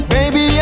Baby